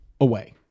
away